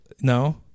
No